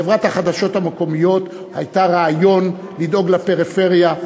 חברת החדשות המקומיות הייתה רעיון לדאוג לפריפריה.